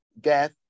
death